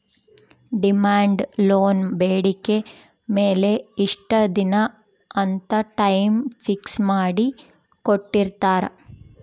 demand loan ಬೇಡಿಕೆ ಮೇಲೆ ಇಷ್ಟ ದಿನ ಅಂತ ಟೈಮ್ ಫಿಕ್ಸ್ ಮಾಡಿ ಕೋಟ್ಟಿರ್ತಾರಾ